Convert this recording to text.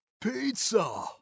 pizza